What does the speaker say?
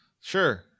Sure